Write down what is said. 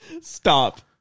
Stop